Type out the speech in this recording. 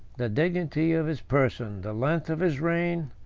the dignity of his person, the length of his reign,